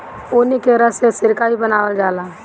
ऊखी के रस से सिरका भी बनावल जाला